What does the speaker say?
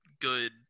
good